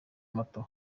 mato